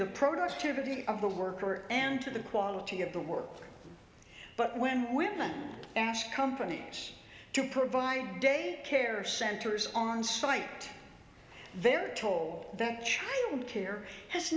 the productivity of the worker and to the quality of the work but when women ask companies to provide day care centers on site they're told that child care has